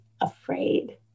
afraid